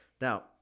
Now